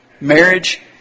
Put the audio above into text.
marriage